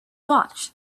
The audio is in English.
watch